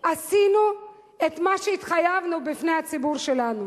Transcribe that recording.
עשינו את מה שהתחייבנו בפני הציבור שלנו.